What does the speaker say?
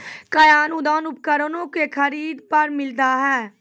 कया अनुदान उपकरणों के खरीद पर मिलता है?